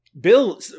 Bill